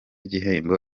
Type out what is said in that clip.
gihembo